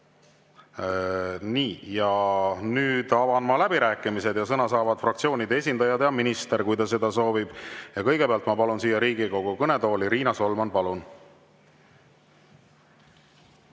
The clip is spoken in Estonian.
Ja nüüd avan ma läbirääkimised. Sõna saavad fraktsioonide esindajad ja minister, kui ta seda soovib. Kõigepealt ma palun siia Riigikogu kõnetooli Riina Solmani.